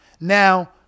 now